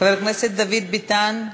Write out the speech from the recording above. חבר הכנסת דוד ביטן,